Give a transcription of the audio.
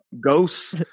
ghosts